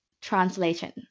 translation